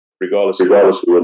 regardless